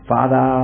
Father